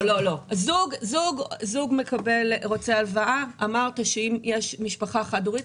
זוג רוצה הלוואה אמרת שאם יש משפחה חד הורית,